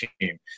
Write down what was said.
team